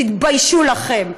תתביישו לכם.